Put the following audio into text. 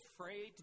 afraid